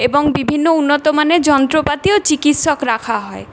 এবং বিভিন্ন উন্নতমানের যন্ত্রপাতি ও চিকিৎসক রাখা হয়